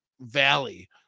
valley